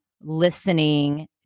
listening